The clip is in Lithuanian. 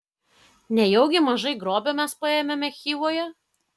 nejaugi mažai grobio mes paėmėme chivoje